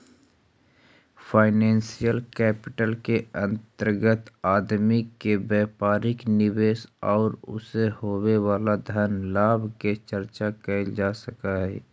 financial capital के अंतर्गत आदमी के व्यापारिक निवेश औउर उसे होवे वाला धन लाभ के चर्चा कैल जा सकऽ हई